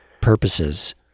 purposes